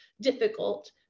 difficult